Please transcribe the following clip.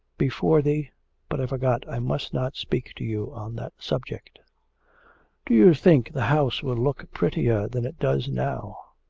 before the but i forgot i must not speak to you on that subject do you think the house will look prettier than it does now?